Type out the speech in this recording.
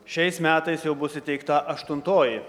šiais metais jau bus įteikta aštuntoji